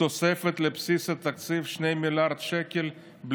תוספת של 2 מיליארד שקל לבסיס התקציב,